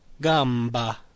Gamba